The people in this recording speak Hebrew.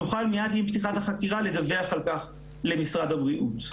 נוכל מיד עם פתיחת החקירה לדווח על כך למשרד הבריאות.